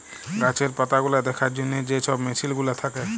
গাহাচের পাতাগুলা দ্যাখার জ্যনহে যে ছব মেসিল গুলা থ্যাকে